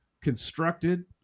constructed